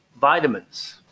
Vitamins